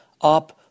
up